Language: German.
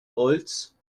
holz